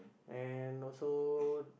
and also